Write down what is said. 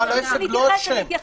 אתייחס.